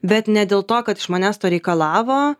bet ne dėl to kad iš manęs to reikalavo